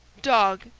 dog,